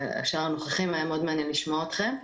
שאר הנוכחים, היה מאוד מעניין לשמוע אתכם.